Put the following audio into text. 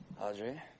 Audrey